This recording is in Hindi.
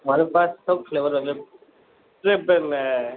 हमारे पास तो सब फ्लेवर है